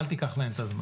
אל תיקח להם את הזמן.